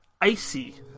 Icy